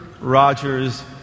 Rogers